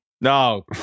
No